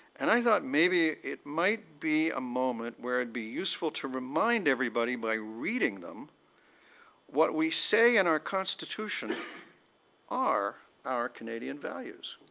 and i thought maybe it might be a moment where it would be useful to remind everybody by reading them what we say in our constitution are our canadian values.